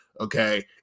okay